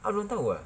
kau belum tahu eh